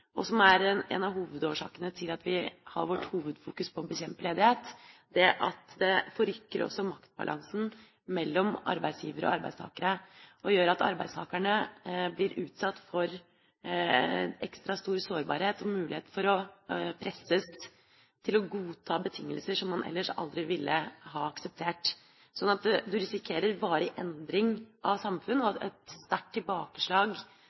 og som er en av hovedårsakene til at vi har vårt hovedfokus på å bekjempe ledighet, er at det forrykker maktbalansen mellom arbeidsgivere og arbeidstakere og gjør at arbeidstakere blir utsatt for ekstra stor sårbarhet og mulighet for å bli presset til å godta betingelser man ellers aldri ville ha akseptert. Så man risikerer varig endring av samfunnet og et sterkt tilbakeslag